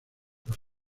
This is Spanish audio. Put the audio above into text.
los